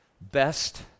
best